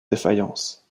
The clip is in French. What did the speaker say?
défaillance